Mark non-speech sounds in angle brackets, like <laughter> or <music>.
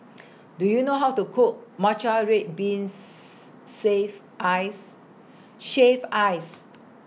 <noise> Do YOU know How to Cook Matcha Red Beans <noise> Save Ice Shaved Ice